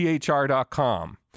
thr.com